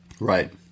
Right